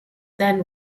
then